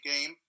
game